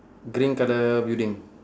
green colour building